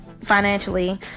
financially